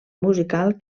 musical